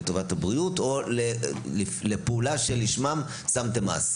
לטובת הבריאות או לפעולה שלשמה שמתם מס?